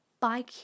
Bye